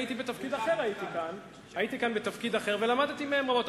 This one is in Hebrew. הייתי כאן בתפקיד אחר ולמדתי מהם רבות.